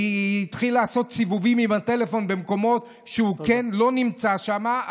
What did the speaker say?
ויתחיל לעשות סיבובים עם הטלפון במקומות שהוא לא נמצא שם,